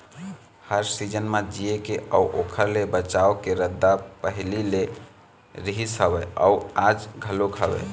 हर season म जीए के अउ ओखर ले बचाव के रद्दा पहिली ले रिहिस हवय अउ आज घलोक हवय